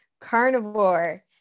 Carnivore